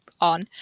on